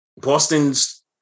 Boston's